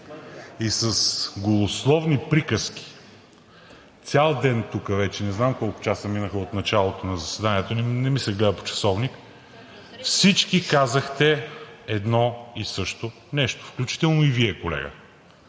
и с голословни приказки цял ден тук вече, не знам колко часа минаха от началото на заседанието ни, не ми се гледа по часовник, всички казахте едно и също нещо, включително и Вие, колега: